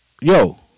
Yo